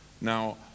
Now